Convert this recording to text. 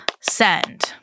Send